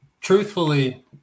truthfully